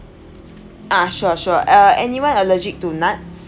ah sure sure uh anyone allergic to nuts